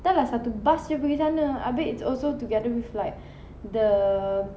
dah lah satu bus jer pergi sana abeh it's also together with like the